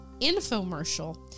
infomercial